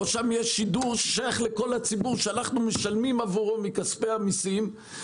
או שם יש שידור ששייך לכל הציבור שאנחנו משלמים עבורו מכספי המיסים,